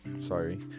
sorry